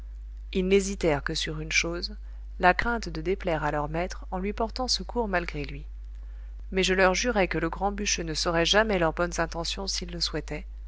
ils n'hésitèrent que sur une chose la crainte de déplaire à leur maître en lui portant secours malgré lui mais je leur jurai que le grand bûcheux ne saurait jamais leurs bonnes intentions s'ils le souhaitaient